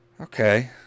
okay